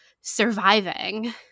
surviving